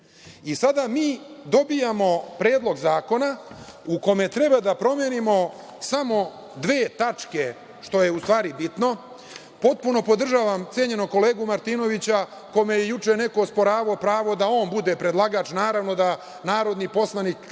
Sada mi dobijamo predlog zakona u kome treba da promenimo samo dve tačke, što je u stvari bitno. Potpuno podržavam cenjenog kolegu Martinovića, kom je juče neko osporavao pravo da on bude predlagač. Naravno da narodni poslanik